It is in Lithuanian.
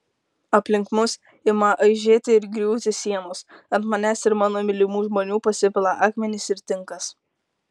aplink mus ima aižėti ir griūti sienos ant manęs ir mano mylimų žmonių pasipila akmenys ir tinkas